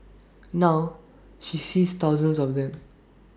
now she sees thousands of them